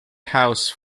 house